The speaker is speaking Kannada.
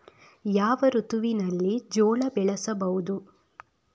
ಯಾವ ಋತುವಿನಲ್ಲಿ ಜೋಳ ಬೆಳೆಸಬಹುದು?